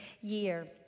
year